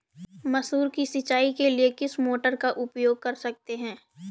मसूर की सिंचाई के लिए किस मोटर का उपयोग कर सकते हैं?